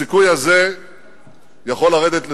הסיכוי הזה יכול לרדת לטמיון,